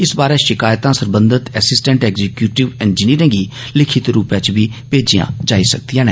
इस बारै शिकायतां सरबंधत असीस्टेंट एग्जिकुअटब इंजिनियरें गी लिखित रूपै च भेजियां जाई सकदियां न